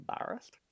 embarrassed